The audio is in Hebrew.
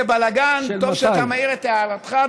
טוב שאתה מעיר את הערתך,